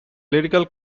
lyrical